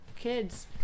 kids